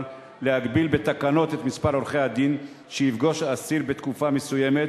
להגביל בתקנות את מספר עורכי-הדין שיפגוש אסיר בתקופה מסוימת,